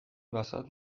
وسط